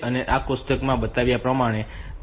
તો આ કોષ્ટકમાં બતાવ્યા પ્રમાણે તેઓ આપમેળે વેક્ટર થાય છે